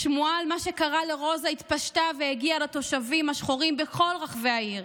השמועה על מה שקרה לרוזה התפשטה והגיעה לתושבים השחורים בכל רחבי העיר.